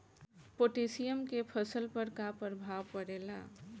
Potassium के फसल पर का प्रभाव पड़ेला?